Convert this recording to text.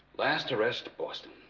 last arrest boston